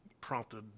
prompted